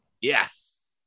Yes